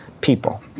people